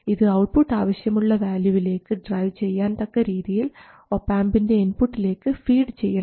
ഇത് ഔട്ട്പുട്ട് ആവശ്യമുള്ള വാല്യുവിലേക്ക് ഡ്രൈവ് ചെയ്യാൻ തക്ക രീതിയിൽ ഒപാംപിൻറെ ഇൻപുട്ടിലേക്ക് ഫീഡ് ചെയ്യണം